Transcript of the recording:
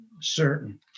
certain